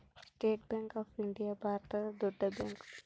state bank of India ಭಾರತದ ದೊಡ್ಡ bank